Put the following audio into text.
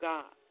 God